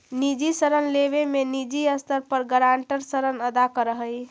निजी ऋण लेवे में निजी स्तर पर गारंटर ऋण अदा करऽ हई